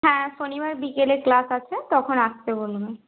হ্যাঁ শনিবার বিকেলে ক্লাস আছে তখন আসতে বলবেন